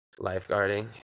Lifeguarding